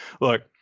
look